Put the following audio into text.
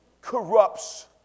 corrupts